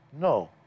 No